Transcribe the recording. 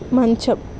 మంచం